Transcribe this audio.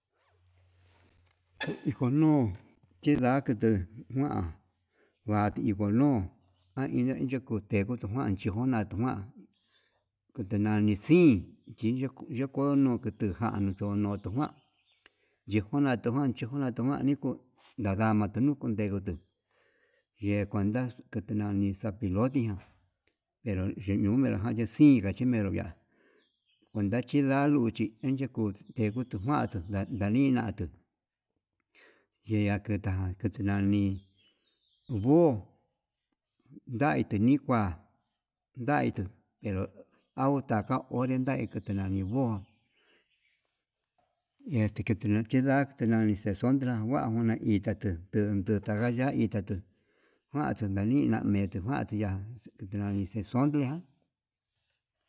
Ndo ikonu chinda kutu na'a kua ti iko nuu, naina tu tekute nachinatu chiona tuna'a kutu nani xí chinokono nditiján tonojuan, yenguna tuján yenguna tuján nikuu dadama tendikon ndengutu yee kuenta nani zopiloti ján henro yunumero jan nje sí kachimenró ya'á kuenta chindalgo chi enyekuu, yekutu njuandu ngani ndaninatu yea kuta kutu nani buo nakite nikua, raitu enro'o autaka onrenda atuu nanio buo este nakite ndekeda te nani xenxontra jan ona titate tuundu kaya kitatu kuan kitatu ndanina metuu jantiya, ndilante xontle.